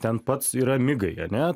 ten pats yra migai ane